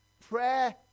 Prayer